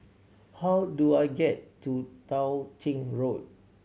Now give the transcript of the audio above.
how do I get to Tao Ching Road